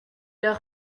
leur